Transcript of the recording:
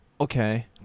Okay